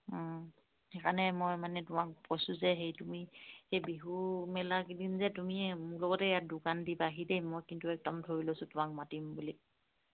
সেইকাৰণে মই মানে তোমাক কৈছোঁ যে এই তুমি সেই বিহুমেলাকেইদিন যে তুমি মোৰ লগতে ইয়াত দোকান দিবাহি দেই মই কিন্তু একদম ধৰি লৈছোঁ তোমাক মাতিম বুলি